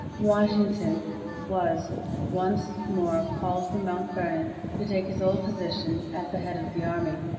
washington was once more called from mount vernon to take his old position at the head of the army.